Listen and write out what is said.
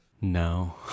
no